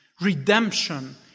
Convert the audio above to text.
redemption